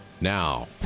now